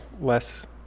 less